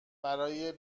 برای